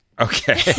Okay